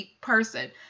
person